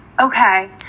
Okay